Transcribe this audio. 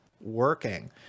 working